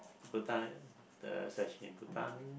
Bhutan is actually in Bhutan